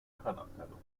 herrenabteilung